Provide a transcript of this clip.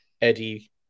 Eddie